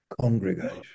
congregation